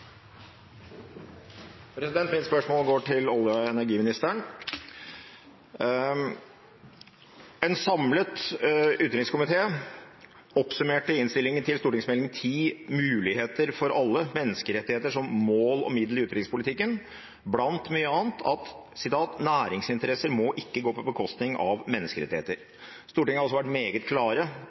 energiministeren. En samlet utenrikskomité oppsummerte i innstillingen til Meld. St. 10 for 2014–2015, Muligheter for alle – menneskerettigheter som mål og middel i utenriks- og utviklingspolitikken, blant mye annet at: «Næringsinteresser må ikke gå på bekostning av menneskerettigheter.» Stortinget har også vært meget